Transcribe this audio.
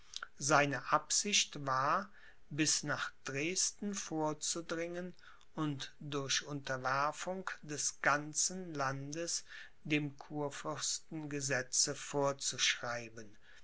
seine absicht war bis nach dresden vorzudringen und durch unterwerfung des ganzen landes dem kurfürsten gesetze vorzuschreiben